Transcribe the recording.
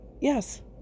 Yes